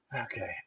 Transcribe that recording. Okay